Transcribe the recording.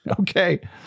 Okay